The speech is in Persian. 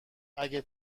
اگه